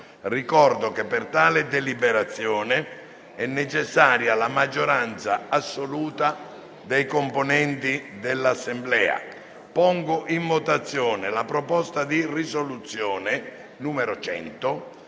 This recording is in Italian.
Avverto che per tale deliberazione è necessaria la maggioranza assoluta dei componenti dell'Assemblea. Pertanto, la votazione della proposta di risoluzione avrà